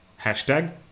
Hashtag